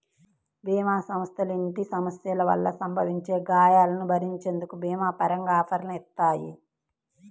భీమా సంస్థలు ఇంటి సభ్యుల వల్ల సంభవించే గాయాలను భరించేందుకు భీమా పరంగా ఆఫర్లని ఇత్తాయి